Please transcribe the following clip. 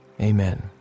Amen